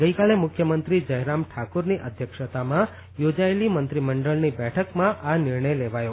ગઇકાલે મુખ્યમંત્રી જયરામ ઠાકુરની અધ્યક્ષતામાં યોજાયેલી મંત્રીમંડળની બેઠકમાં આ નિર્ણય લેવાયો